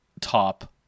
top